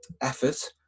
effort